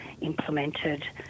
implemented